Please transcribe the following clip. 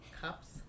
Cups